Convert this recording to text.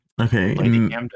Okay